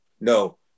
No